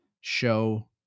show